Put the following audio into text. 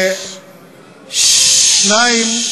ו-2.